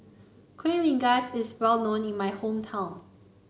Kueh Rengas is well known in my hometown